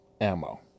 ammo